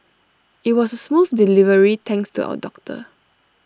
IT was A smooth delivery thanks to our doctor